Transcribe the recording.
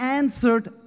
answered